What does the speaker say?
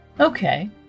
Okay